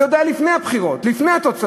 זה עוד היה לפני הבחירות, לפני התוצאות.